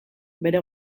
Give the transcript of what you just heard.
bere